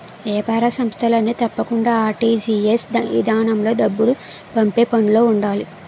ఏపార సంస్థలన్నీ తప్పకుండా ఆర్.టి.జి.ఎస్ ఇదానంలో డబ్బులు పంపే పనులో ఉండాలి